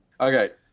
Okay